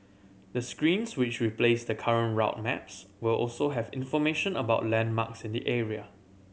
the screens which replace the current route maps will also have information about landmarks in the area